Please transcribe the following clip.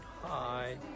Hi